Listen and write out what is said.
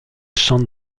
chante